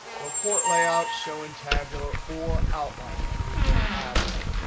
report layout, show in tabular or outline. i'm going to use tabular.